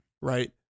Right